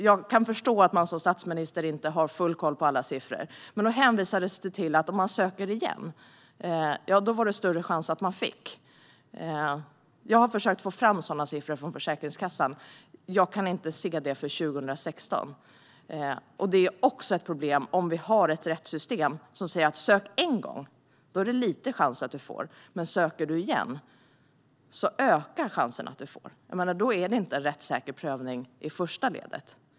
Jag kan förstå att man som statsminister inte har full koll på alla siffror, men det hänvisades till att det är större chans att man får sin ansökan beviljad om man söker igen. Jag har försökt få fram sådana siffror från Försäkringskassan men kan inte se det för 2016. Det är också ett problem om vi har ett rättssystem som säger att söker du en gång är det liten chans att du får ja, men söker du igen ökar chansen att du får ja. Då är det inte en rättssäker prövning i första ledet.